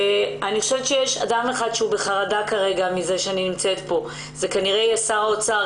אי חושבת שיש אדם אחד בחרדה מזה שאני נמצאת פה - שר האוצר,